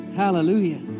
hallelujah